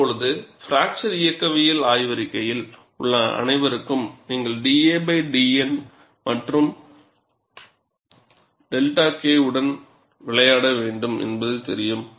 இப்போது பிராக்சர் இயக்கவியல் ஆய்வறிக்கையில் உள்ள அனைவருக்கும் நீங்கள் da dN மற்றும் 𝛅 K உடன் விளையாட வேண்டும் என்பது தெரியும்